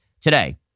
today